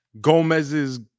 gomez's